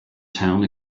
town